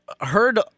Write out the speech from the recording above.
heard